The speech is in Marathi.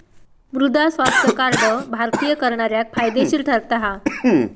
मृदा स्वास्थ्य कार्ड भारतीय करणाऱ्याक फायदेशीर ठरता हा